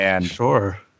Sure